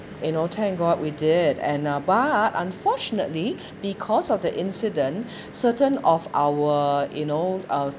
you know thank god we did and uh but unfortunately because of the incident certain of our you know uh